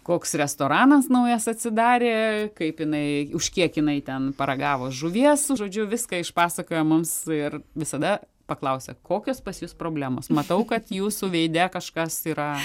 koks restoranas naujas atsidarė kaip jinai už kiek jinai ten paragavo žuvies žodžiu viską išpasakoja mums ir visada paklausia kokios pas jus problemos matau kad jūsų veide kažkas yra